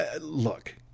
look